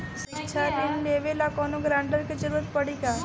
शिक्षा ऋण लेवेला कौनों गारंटर के जरुरत पड़ी का?